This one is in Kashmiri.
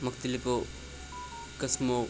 مُختَلِفو قٕسمُو